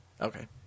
Okay